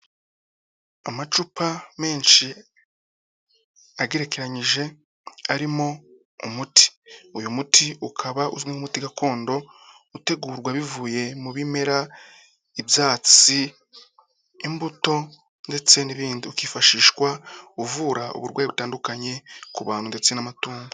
Amacupa menshi agerekeranyije arimo umuti. Uyu muti ukaba uzwi nk'umuti gakondo utegurwa bivuye mu bimera, ibyatsi, imbuto ndetse n'ibindi, ukifashishwa uvura uburwayi butandukanye ku bantu ndetse n'amatungo.